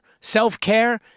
Self-care